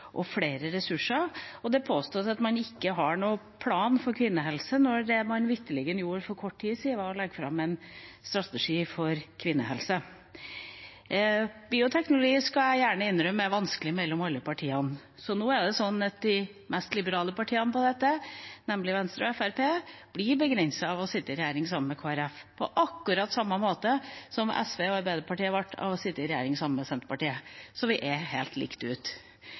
og flere ressurser, og det påstås at man ikke har noen plan for kvinnehelse når det man vitterlig gjorde for kort tid siden, var å legge fram en strategi for kvinnehelse. Bioteknologi skal jeg gjerne innrømme er vanskelig for alle partiene. Nå er det sånn at de mest liberale partiene på dette området, nemlig Venstre og Fremskrittspartiet, blir begrenset av å sitte i regjering sammen med Kristelig Folkeparti – på akkurat samme måte som SV og Arbeiderpartiet ble det av å sitte i regjering sammen med Senterpartiet. Så det er helt likt.